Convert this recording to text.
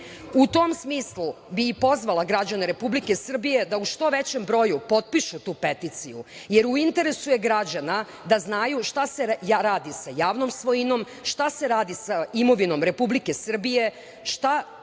tom smislu bih pozvala građane Republike Srbije da u što većem broju potpišu tu peticiju, jer u interesu je građana šta se radi sa javnom svojinom, šta se radi sa imovinom Republike Srbije, šta